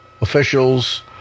officials